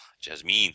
Jasmine